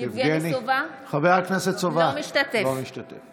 אינו משתתף